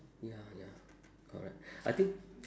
ya ya correct I think